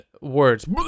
words